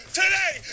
today